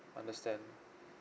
understand